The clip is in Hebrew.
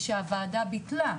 ושהוועדה ביטלה.